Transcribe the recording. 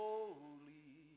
Holy